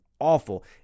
awful